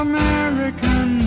American